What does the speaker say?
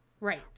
Right